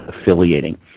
affiliating